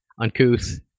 uncouth